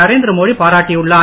நரேந்திர மோடி பாராட்டியுள்ளார்